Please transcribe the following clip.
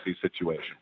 situation